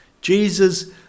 Jesus